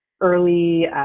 early